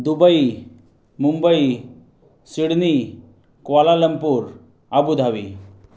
Dubai Mumbai स्वीडनी Kuala Lumpur Abu Dhabi